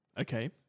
Okay